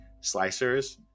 slicers